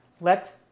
Let